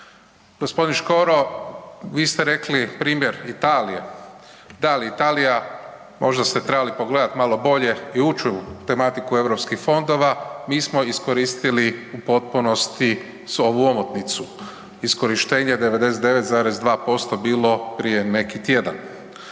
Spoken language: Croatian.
Gosp. Škoro vi ste rekli primjer Italije, da, ali Italija možda ste trebali pogledati malo bolje i ući u tematiku Europskih fondova, mi smo iskoristili u potpunosti svu ovu omotnicu. Iskorištenje 99,2% bilo prije neki tjedan.